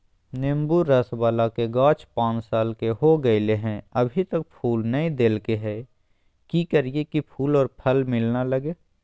नेंबू रस बाला के गाछ पांच साल के हो गेलै हैं अभी तक फूल नय देलके है, की करियय की फूल और फल मिलना लगे?